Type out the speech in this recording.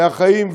מהחיים,